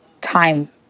time